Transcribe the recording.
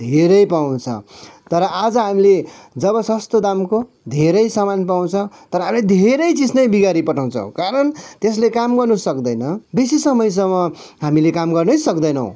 धेरै पाउँछ तर आज हामीले जब सस्तो दामको धेरै सामान पाउँछ तर अहिले धेरै चिज नै बिगारिपठाउँछ कारण त्यसले काम गर्नु सक्दैन बेसी समयसम्म हामीले काम गर्नै सक्दैनौँ